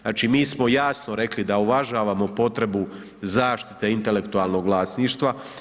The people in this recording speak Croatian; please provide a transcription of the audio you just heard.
Znači, mi smo jasno rekli da uvažavamo potrebu zaštite intelektualnog vlasništva.